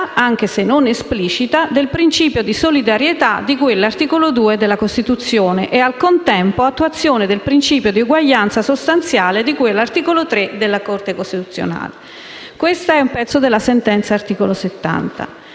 anche se non esplicita, del principio di solidarietà di cui all'articolo 2 della Costituzione e al contempo attuazione del principio di eguaglianza sostanziale di cui all'articolo 3, secondo comma, della Costituzione». Questa è una parte della sentenza n. 70.